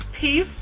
Peace